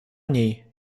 niej